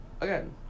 again